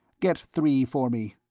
get three for me.